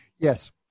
yes